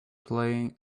playing